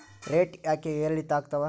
Rate ಯಾಕೆ ಏರಿಳಿತ ಆಗ್ತಾವ?